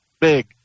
big